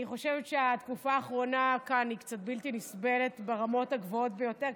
אני חושבת שהתקופה האחרונה כאן היא קצת בלתי נסבלת ברמות הגבוהות ביותר.